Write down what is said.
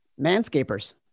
Manscapers